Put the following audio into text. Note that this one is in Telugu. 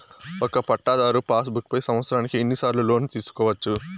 ఒక పట్టాధారు పాస్ బుక్ పై సంవత్సరానికి ఎన్ని సార్లు లోను తీసుకోవచ్చు?